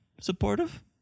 supportive